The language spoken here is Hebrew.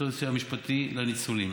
לתת סיוע משפטי לניצולים,